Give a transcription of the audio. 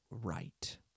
right